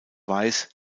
weiß